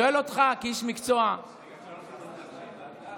אני שואל אותך כאיש מקצוע, רגע, תשאל אותי.